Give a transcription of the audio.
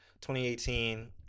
2018